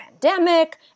pandemic